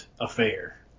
affair